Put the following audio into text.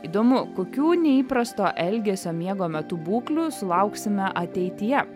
įdomu kokių neįprasto elgesio miego metu būklių sulauksime ateityje